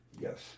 Yes